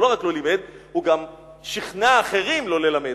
הוא לא רק לא לימד, הוא גם שכנע אחרים לא ללמד.